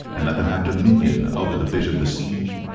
and let them have dominion over the fish of the sea.